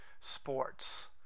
sports